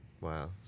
Wow